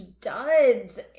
duds